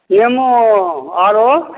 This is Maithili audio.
नेबो आरो